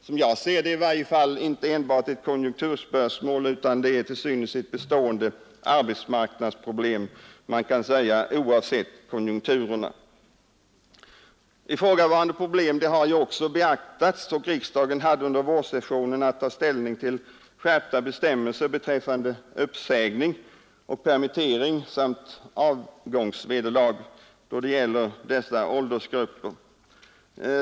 Som jag ser det är det alltså inte enbart ett konjunkturspörsmål, utan det är till synes ett bestående arbetsmarknadsproblem, oavsett konjunkturerna, Ifrågavarande problem har också beaktats, och riksdagen hade under vårsessionen att ta ställning till förslag om skärpta bestämmelser beträffande uppsägning, permittering och avgångsvederlag då det gäller dessa åldersgrupper.